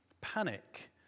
Panic